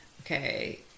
Okay